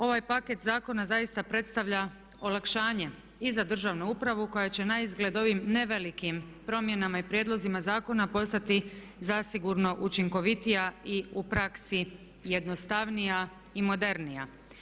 Ovaj paket zakona zaista predstavlja olakšanje i za državnu upravu koja će naizgled ovim ne velikim promjenama i prijedlozima zakona postati zasigurno učinkovitija i u praksi jednostavnija i modernija.